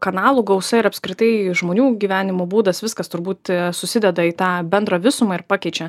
kanalų gausa ir apskritai žmonių gyvenimo būdas viskas turbūt susideda į tą bendrą visumą ir pakeičia